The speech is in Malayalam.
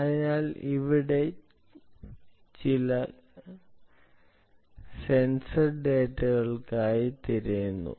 എന്നാൽ ഇവിടെ ചില സെൻസർ ഡാറ്റകൾക്കായി തിരയുന്നു